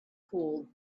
cooled